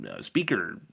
speaker